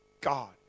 God